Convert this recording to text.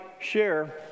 share